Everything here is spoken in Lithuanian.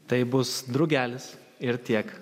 tai bus drugelis ir tiek